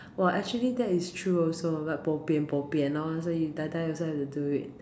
!wah! actually that is true also like bo pian bo pian loh so you die die also have to do it